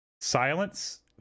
silence